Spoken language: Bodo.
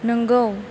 नोंगौ